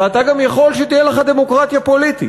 ואתה גם יכול שתהיה לך דמוקרטיה פוליטית,